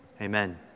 Amen